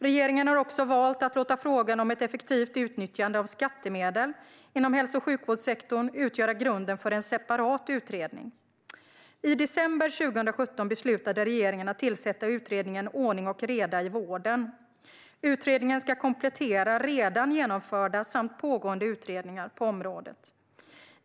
Regeringen har valt att låta frågan om ett effektivt utnyttjande av skattemedel inom hälso och sjukvårdssektorn utgöra grunden för en separat utredning. I december 2017 beslutade regeringen att tillsätta utredningen Ordning och reda i vården . Utredningen ska komplettera redan genomförda samt pågående utredningar på området.